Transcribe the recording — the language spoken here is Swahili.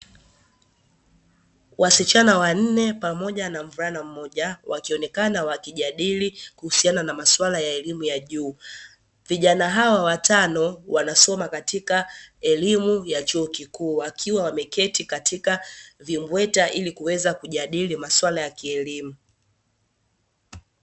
Wasichana wanne pamoja na mvulana mmoja, wakionekana wakijadili kuhusiana na masuala ya elimu ya juu. Vijana hawa watano wanasoma katika elimu ya chuo kikuu, wakiwa wameketi katika vimbweta ili kuweza kujadili masuala ya kielimu.